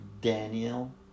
Daniel